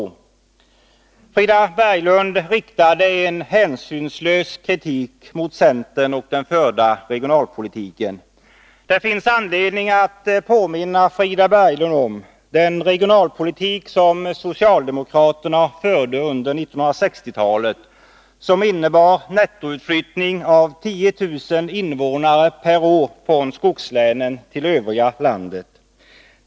Frida Berglund riktade en hänsynslös kritik mot centern och den förda regionalpolitiken. Det finns anledning att påminna Frida Berglund om den regionalpolitik som socialdemokraterna förde under 1960-talet och som innebar en nettoutflyttning av 10 000 invånare per år från skogslänen till övriga landet.